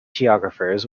geographers